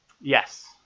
Yes